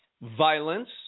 violence